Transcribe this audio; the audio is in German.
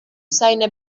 seine